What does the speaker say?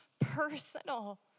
personal